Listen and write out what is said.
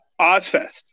OzFest